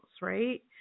right